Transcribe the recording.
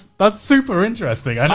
that's super interesting.